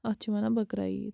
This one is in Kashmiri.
اَتھ چھِ وَنان بٔکرا عیٖد